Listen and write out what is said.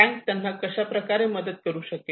tank त्यांना कशाप्रकारे मदत करू शकेल